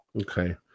Okay